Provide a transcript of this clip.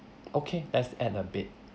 okay let's add a bed